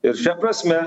ir šia prasme